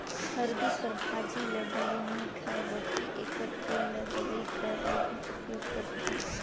हरदी कर भाजी ल भले नी खांए बकि एकर फूल ल दवई कर रूप में उपयोग करथे